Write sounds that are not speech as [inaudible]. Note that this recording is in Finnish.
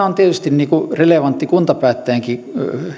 [unintelligible] on tietysti relevanttia kuntapäättäjänkin